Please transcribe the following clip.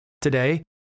today